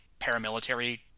paramilitary